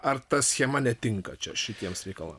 ar ta schema netinka čia šitiems reikalams